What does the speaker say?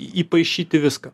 įpaišyti viską